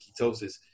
ketosis